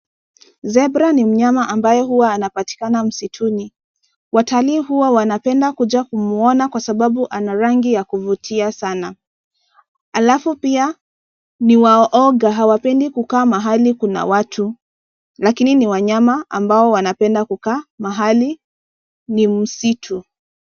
Zebra ni mnyama ambaye huwa anapatikana msituni, watalii huwa wanapenda kuja kumuona kwa sababu ana rangi ya kuvutia sana. Halafu pia ni waoga, hawapendi mahali kuna watu, lakini ni wanyama ambao wanapenda kukaa mahali ni msitu.